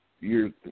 years